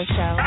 Show